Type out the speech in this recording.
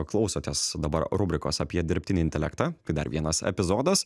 klausotės dabar rubrikos apie dirbtinį intelektą tai dar vienas epizodas